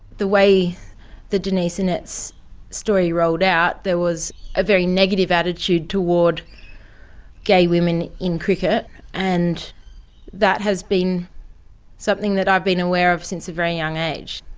the way the denise annetts story rolled out, there was a very negative attitude toward gay women in cricket and that has been something that i've been aware of since a very young age.